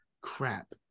Crap